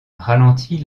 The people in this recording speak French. ralentit